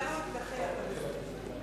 דרך אגב, על-חשבון הפריפריה.